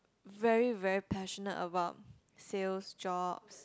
very very passionate about sales jobs